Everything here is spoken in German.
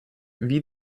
wie